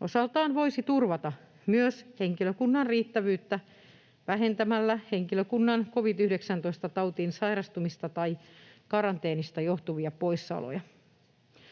osaltaan voisi turvata myös henkilökunnan riittävyyttä vähentämällä henkilökunnan covid-19-tautiin sairastumisesta tai karanteenista johtuvia poissaoloja.